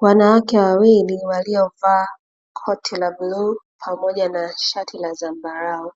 Wanawake wawili waliovaa koti la bluu pamoja na shati la zambarau,